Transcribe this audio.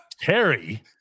Terry